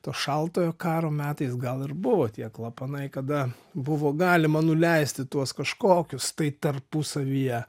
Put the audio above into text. to šaltojo karo metais gal ir buvo tie klapanai kada buvo galima nuleisti tuos kažkokius tai tarpusavyje